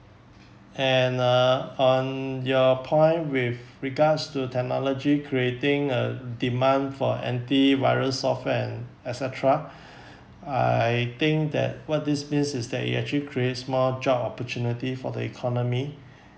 and uh on your point with regards to technology creating a demand for anti virus software and etcetera I think that what this means is that it actually creates more job opportunity for the economy